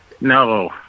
No